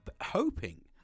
hoping